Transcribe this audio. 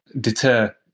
deter